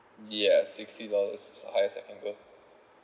yes sixty dollars is the highest I can go